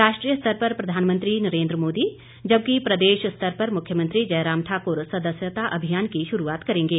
राष्ट्रीय स्तर पर प्रधानमंत्री नरेन्द्र मोदी जबकि प्रदेश स्तर पर मुख्यमंत्री जयराम ठाकर सदस्यता अभियान की शुरूआत करेंगे